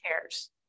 cares